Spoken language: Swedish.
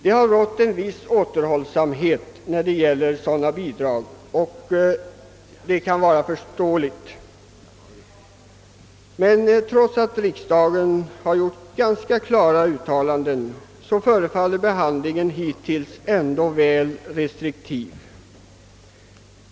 Det har rått en viss återhållsamhet i fråga om sådana bidrag och det kan vara förståeligt. Men trots att riksdagen har gjort ganska klara uttalanden förefaller behandlingen att vara väl restriktiv.